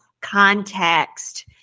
context